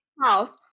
house